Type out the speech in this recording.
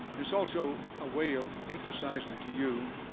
it's also a way of emphasizing to you